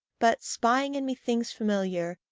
but, spying in me things familiar,